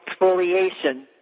exfoliation